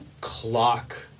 clock